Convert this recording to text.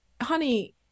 honey